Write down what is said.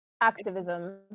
Activism